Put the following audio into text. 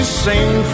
sing